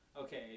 okay